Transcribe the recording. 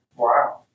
Wow